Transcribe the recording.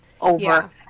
over